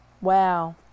Wow